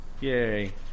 Yay